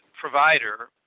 provider